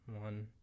one